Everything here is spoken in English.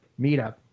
meetup